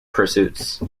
pursuits